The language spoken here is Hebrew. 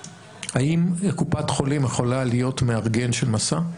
האם קופת חולים יכולה להיות מארגן של 'מסע'?